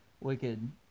wicked